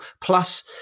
plus